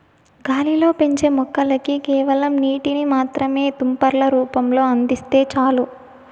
గాలిలో పెంచే మొక్కలకి కేవలం నీటిని మాత్రమే తుంపర్ల రూపంలో అందిస్తే చాలు